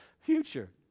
future